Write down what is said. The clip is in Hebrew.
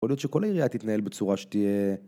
יכול להיות שכל העירייה תתנהל בצורה שתהיה...